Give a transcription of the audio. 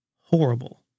horrible